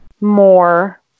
more